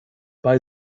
bei